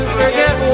forget